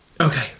Okay